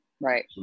Right